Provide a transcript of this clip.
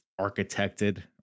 architected